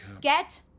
Get